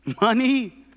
money